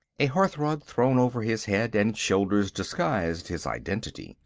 a hearthrug thrown over his head and shoulders disguised his identity.